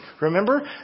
Remember